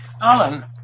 Alan